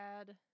add